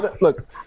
Look